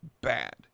bad